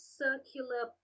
circular